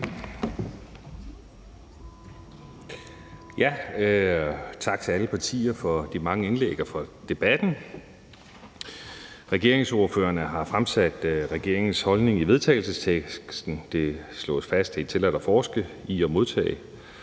Tak til alle partier for de mange indlæg og for debatten. Regeringsordførerne har fremsat regeringens holdning i vedtagelsesteksten. Det slås fast, at det er tilladt at forske i og modtage